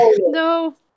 No